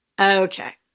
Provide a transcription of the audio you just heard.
okay